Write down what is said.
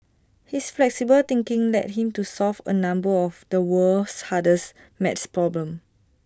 his flexible thinking led him to solve A number of the world's hardest math problems